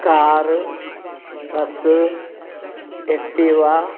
car bus Activa